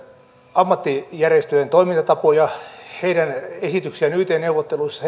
ammattijärjestöjen toimintatapoja heidän esityksiään yt neuvotteluissa